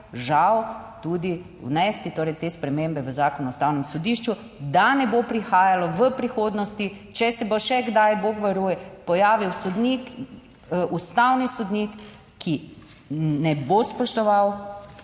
žal, tudi vnesti torej te spremembe v Zakonu o Ustavnem sodišču, da ne bo prihajalo v prihodnosti, če se bo še kdaj, bog varuj, pojavil sodnik, ustavni sodnik, ki ne bo spoštoval